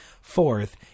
Fourth